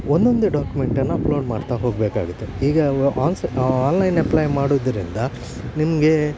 ಒಂದೊಂದೆ ಡಾಕ್ಯುಮೆಂಟನ್ನು ಅಪ್ಲೋಡ್ ಮಾಡ್ತಾ ಹೋಗಬೇಕಾಗುತ್ತೆ ಈಗ ಆನ್ ಸ ಆನ್ಲೈನ್ ಎಪ್ಲೈ ಮಾಡೋದ್ರಿಂದ ನಿಮಗೆ